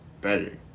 better